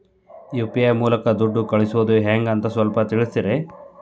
UPI ಮೂಲಕ ದುಡ್ಡು ಕಳಿಸೋದ ಹೆಂಗ್ ಅಂತ ಸ್ವಲ್ಪ ತಿಳಿಸ್ತೇರ?